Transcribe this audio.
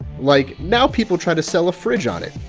like now people try to sell a fridge on it.